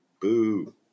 Boo